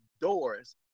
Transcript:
doors